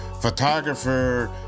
photographer